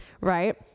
right